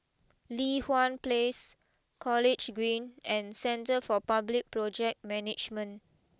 Li Hwan place College Green and Centre for Public Project Management